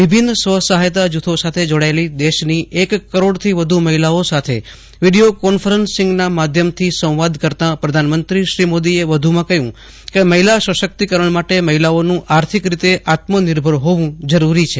વિભિન્ન સ્વ સહાયતા જૂથો સાથે જોડાયેલ હેરાની એક કરોડ થી વ્ધુ મહિલા ઓ સાથે વિડીઓ કોન્ફરન્સિંગના માધ્યમથી સંવાદ કરતા પ્રધાનમંત્રી શ્રી નરેન્દ્ર મોદીએ વધુ માં કહ્યું કે મહિલા સશક્તિકરણ માટે મહિલા ઓનું આર્થિક રીતે આત્મ નિર્ભર હોવું જરૂરી છે